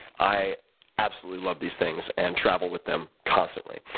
i absolutely love these things and travel with them constantly.